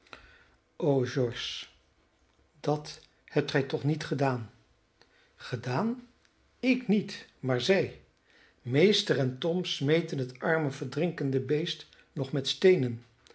dat hebt gij toch niet gedaan gedaan ik niet maar zij meester en tom smeten het arme verdrinkende beest nog met steenen